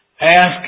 ask